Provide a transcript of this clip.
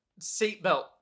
seatbelt